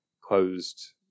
closed